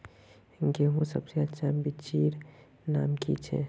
गेहूँर सबसे अच्छा बिच्चीर नाम की छे?